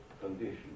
condition